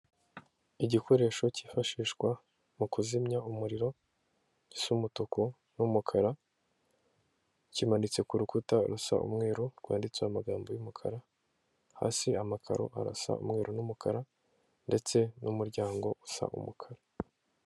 Igikoresho cyifashishwa mu kuzimya umuriro gisa umutuku n'umukara, kimanitse ku rukuta rusa umweru rwanditseho amagambo y'umukara, hasi amakaro arasa umweru n'umukara ndetse n'umuryango usa umukara.